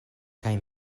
kaj